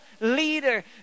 leader